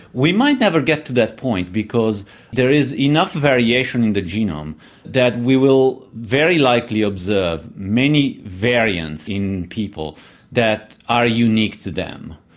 we might never get to that point because there is enough variation in the genome that we will very likely observe many variants in people that are unique to them,